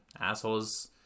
assholes